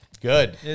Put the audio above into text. Good